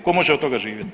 Tko može od toga živjeti?